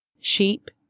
sheep